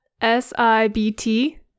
S-I-B-T